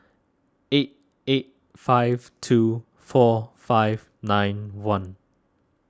eight eight five two four five nine one